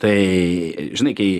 tai žinai kai